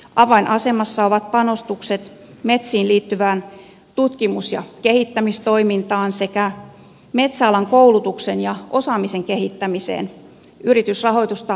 avainasemassa ovat panostukset metsiin liittyvään tutkimus ja kehittämistoimintaan sekä metsäalan koulutuksen ja osaamisen kehittämiseen yritysrahoitusta unohtamatta